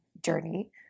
journey